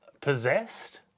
possessed